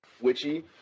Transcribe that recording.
witchy